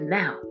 now